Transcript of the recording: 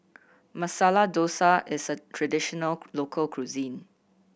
Masala Dosa is a traditional local cuisine